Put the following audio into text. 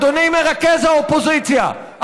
אדוני מרכז האופוזיציה,